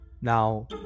Now